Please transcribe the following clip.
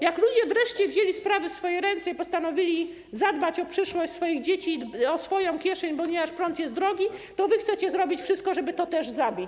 Jak ludzie wreszcie wzięli sprawy w swoje ręce i postanowili zadbać o przyszłość swoich dzieci, o swoją kieszeń, ponieważ prąd jest drogi, to wy chcecie zrobić wszystko, żeby to też zabić.